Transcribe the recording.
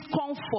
comfort